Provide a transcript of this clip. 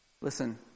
Listen